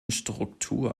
struktur